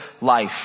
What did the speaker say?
life